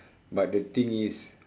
but the thing is